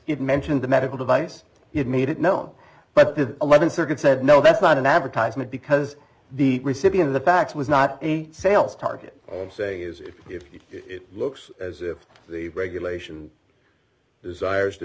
you mentioned the medical device he had made it known but the eleventh circuit said no that's not an advertisement because the recipient of the fax was not a sales target i'm saying is it if it looks as if the regulation desires to